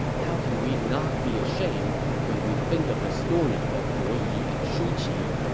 how can we not be ashamed when we think of the story of bo yi and shu qi?